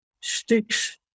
sticks